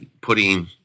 putting